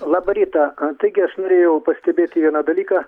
labą rytą a taigi aš norėjau pastebėti vieną dalyką